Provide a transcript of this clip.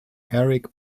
eric